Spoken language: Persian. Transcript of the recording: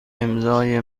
امضای